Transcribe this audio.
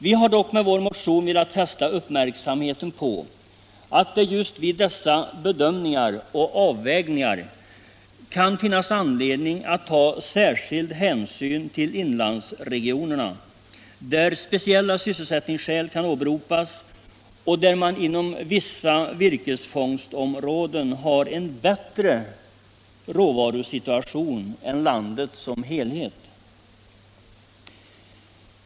Vi har dock med vår motion velat fästa uppmärksamheten på att det just vid dessa bedömningar och avvägningar kan finnas anledning att ta särskild hänsyn till inlandsregionerna, där speciella sysselsättningsskäl kan åberopas och där man inom vissa virkesfångstområden har en bättre råvarusituation än landet som helhet.